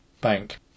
bank